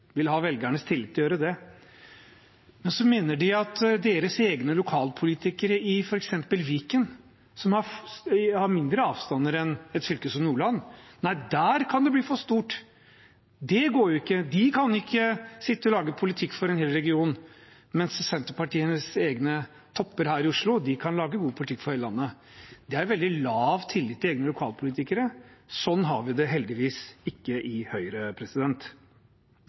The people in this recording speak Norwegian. ha velgernes tillit til å gjøre det. Så mener de at for deres egne lokalpolitikere, i f.eks. Viken, som har mindre avstander enn et fylke som Nordland, kan det bli for stort, og det går jo ikke. De kan ikke sitte og lage politikk for en hel region, mens Senterpartiets egne topper her i Oslo kan lage god politikk for hele landet. Det er veldig lav tillit til egne lokalpolitikere. Sånn har vi det heldigvis ikke i Høyre.